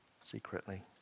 secretly